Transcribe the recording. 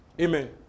Amen